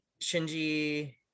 shinji